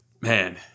man